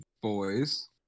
boys